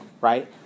right